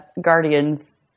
guardians